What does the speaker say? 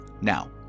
Now